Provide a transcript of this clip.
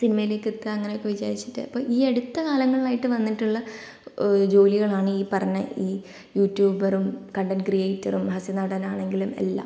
സിനിമയിലേക്ക് എത്തുക അങ്ങനെയൊക്കെ വിചാരിച്ചിട്ട് അപ്പോൾ ഈ അടുത്ത കാലങ്ങളിലായിട്ട് വന്നിട്ടുള്ള ജോലികളാണ് ഈ പറഞ്ഞ ഈ യൂട്യൂബറും കണ്ടന്റ് ക്രീയേറ്ററും ഹാസ്യ നടനാണെങ്കിലും എല്ലാം